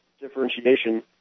differentiation